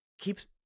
keeps